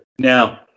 Now